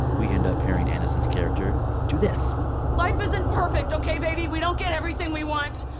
we end up hearing aniston's character do this life isn't perfect, ok, baby? we don't get everything we want.